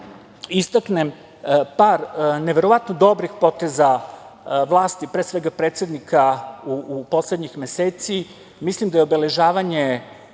istaknem par neverovatno dobrih poteza vlasti, pre svega predsednika, u poslednjih meseci. Mislim da je obeležavanje